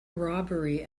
robbery